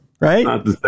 right